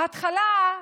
בהתחלה,